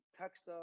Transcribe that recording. text